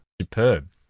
Superb